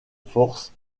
force